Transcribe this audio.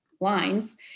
lines